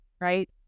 right